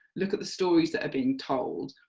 look at the stories that are being told,